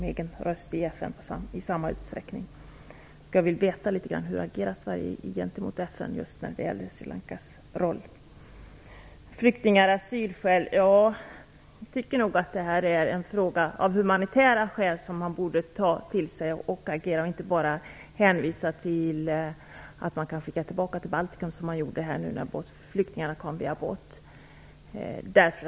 Jag vill därför veta litet grand om hur Sverige agerar i FN just när det gäller Sri Lanka. Jag tycker nog att man borde ta till sig frågan om flyktingar och asylskäl av humanitära skäl och inte bara hänvisa till att man kan skicka tillbaka dem till Baltikum, som man gjorde nu med de flyktingar som kom med båt.